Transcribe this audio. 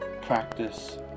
practice